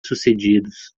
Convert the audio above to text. sucedidos